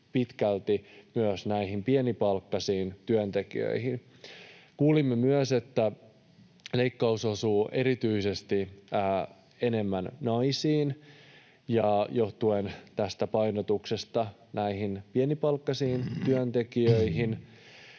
pitkälti myös näihin pienipalkkaisiin työntekijöihin. Kuulimme myös, että leikkaus osuu erityisesti enemmän naisiin johtuen tästä painotuksesta näihin pienipalkkaisiin työntekijöihin.